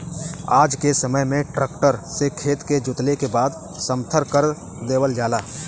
आज के समय में ट्रक्टर से खेत के जोतले के बाद समथर कर देवल जाला